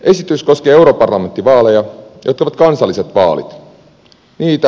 esitys koskee europarlamenttivaaleja jotka ovat kansalliset vaalit